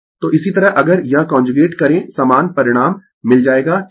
तो इसी तरह अगर यह कांजुगेट करें समान परिणाम मिल जाएगा ठीक है